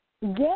Yes